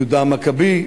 יהודה המכבי,